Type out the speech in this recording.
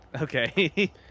Okay